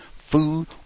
food